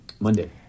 Monday